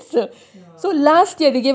ya